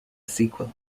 sequel